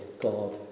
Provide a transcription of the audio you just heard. God